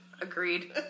agreed